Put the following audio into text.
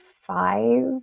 five